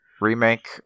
Remake